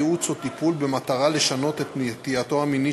ייעוץ או טיפול במטרה לשנות את נטייתו המינית